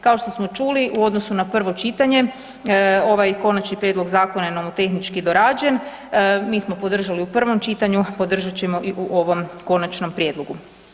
Kao što smo čuli u odnosu na prvo čitanje ovaj konačni prijedlog Zakona je nomotehnički dorađen, mi smo podržali u prvom čitanju, podržat ćemo i u ovom konačnom prijedlogu.